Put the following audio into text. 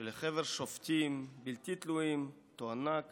שלחבר שופטים בלתי תלויים תוענק